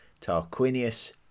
Tarquinius